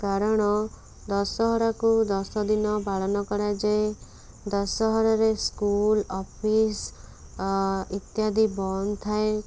କାରଣ ଦଶହରାକୁ ଦଶଦିନ ପାଳନ କରାଯାଏ ଦଶହରାରେ ସ୍କୁଲ ଅଫିସ୍ ଇତ୍ୟାଦି ବନ୍ଦ ଥାଏ